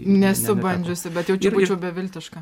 nesu bandžius bet jaučiu būčiau beviltiška